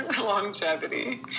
longevity